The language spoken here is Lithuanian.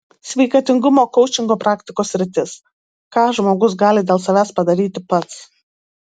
sveikatingumo koučingo praktikos sritis ką žmogus gali dėl savęs padaryti pats